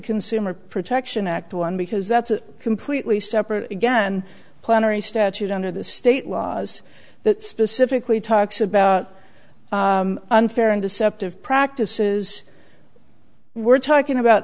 consumer protection act one because that's a completely separate again plenary statute under the state laws that specifically talks about unfair and deceptive practices we're talking about